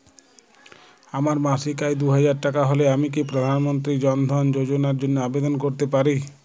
আমার মাসিক আয় দুহাজার টাকা হলে আমি কি প্রধান মন্ত্রী জন ধন যোজনার জন্য আবেদন করতে পারি?